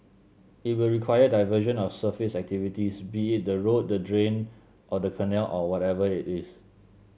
it will require diversion of surface activities be it the road the drain or the canal or whatever it is